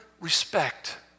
respect